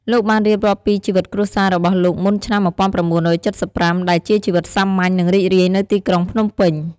លោកបានរៀបរាប់ពី ជីវិតគ្រួសាររបស់លោកមុនឆ្នាំ ១៩៧៥ ដែលជាជីវិតសាមញ្ញ និងរីករាយនៅទីក្រុងភ្នំពេញ។